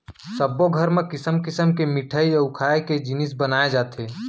सब्बो घर म किसम किसम के मिठई अउ खाए के जिनिस बनाए जाथे